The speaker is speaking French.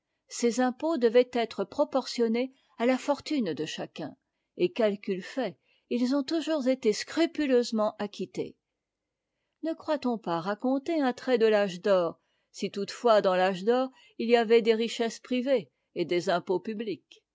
ces impôts devaient être proportionnés à la fortune de chacun et calcul fait ils ont toujours été scrupuleusement acquittés ne croit on pas raconter un trait de l'âge d'or si toutefois dans l'âge d'or il y avait des richesses privées et des impôts publics